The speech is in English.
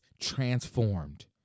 transformed